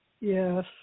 Yes